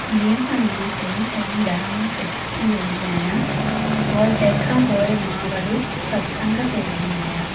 जीअं त मां चई ताईं घर मां फ्री थी वेंदी आहियां पोइ तंहिं खां पोइ मां वरी सत्संग ते वेंदी आहियां